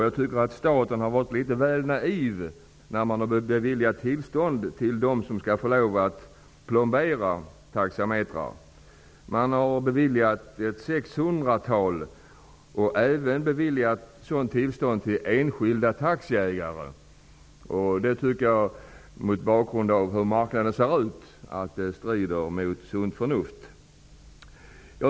Jag tycker att staten har varit litet väl naiv när tillstånd för att plombera taxametrar har beviljats. Man har beviljat ca 600 tillstånd. Tillstånd har även beviljats för enskilda taxiägare. Jag tycker att det, mot bakgrund av hur marknaden ser ut, strider mot sunt förnuft.